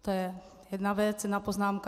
To je jedna věc, jedna poznámka.